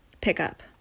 pickup